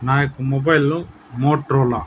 నాయొక్క మొబైల్లో మోట్రోలా